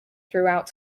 throughout